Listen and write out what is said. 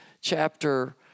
chapter